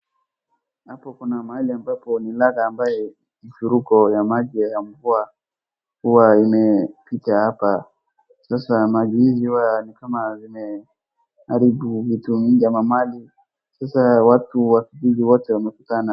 Hapo kuna mahali ambapo ni ladha ambaye mafuriko ya maji ya mvua huwa imepita hapa, sasa maji hizi ni kama zimeharibu vitu mingi ama mali, sasa watu wengi wote wamekutana.